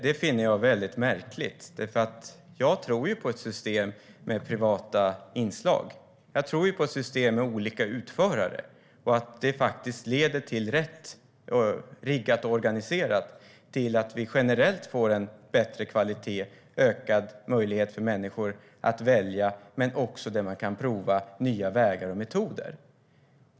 Det finner jag väldigt märkligt, därför att jag tror på ett system med privata inslag. Jag tror på ett system med olika utförare och att det rätt riggat och organiserat generellt leder till en bättre kvalitet och ökad möjlighet för människor att välja men också att man kan pröva nya vägar och metoder.